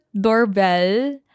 doorbell